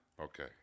Okay